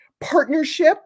partnership